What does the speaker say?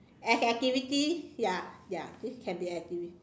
as activities ya ya this can be activity